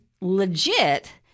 legit